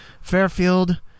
Fairfield